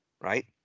Right